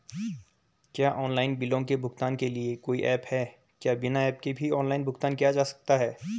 क्या ऑनलाइन बिलों के भुगतान के लिए कोई ऐप है क्या बिना ऐप के भी ऑनलाइन भुगतान किया जा सकता है?